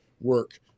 work